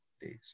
days